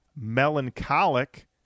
melancholic